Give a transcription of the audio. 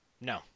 No